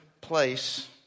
place